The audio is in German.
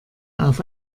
auf